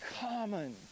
common